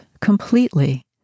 completely